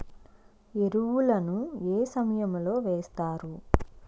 ఎరువుల ను ఏ సమయం లో వేస్తారు?